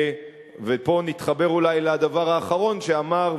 ופה נתחבר אולי לדבר אחרון שנאמר,